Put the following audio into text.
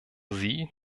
sie